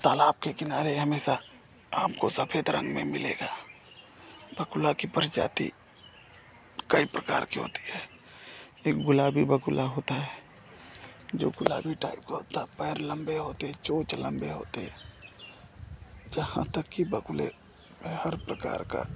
तालाब के किनारे हमेशा आपको सफेद रंग में मिलेगा बगुला की प्रजाति कई प्रकार की होती हैं एक गुलाबी बगुला होता है जो गुलाबी टाइप का होता है पैर लम्बे होते हैं चोंच लम्बी होती है जहाँ तक कि बगुले में हर प्रकार का